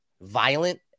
violent